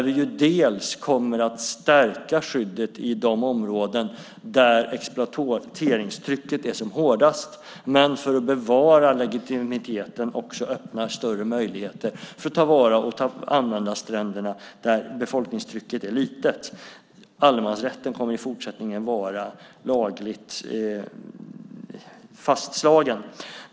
Vi kommer att stärka skyddet i de områden där exploateringstrycket är som hårdast. Men för att bevara legitimiteten kommer vi också att öppna större möjligheter att ta vara på och använda stränderna där befolkningstrycket är litet. Allemansrätten kommer i fortsättningen att vara lagligt fastslagen.